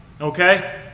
Okay